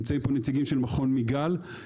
נמצאים פה נציגים של מכון מיגל,